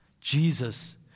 Jesus